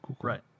Right